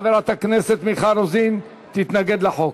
חברת הכנסת מיכל רוזין תתנגד לחוק.